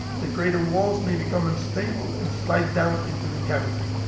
the crater walls may become unstable and slide down into the cavity.